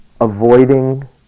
Avoiding